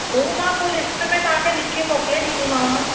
हो मां पो लिस्ट में तहांखे लिखी मोकिले ॾींदीमाव